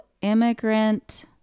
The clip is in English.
immigrant